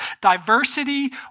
Diversity